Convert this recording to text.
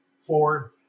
forward